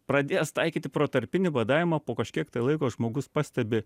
pradėjęs taikyti protarpinį badavimą po kažkiek tai laiko žmogus pastebi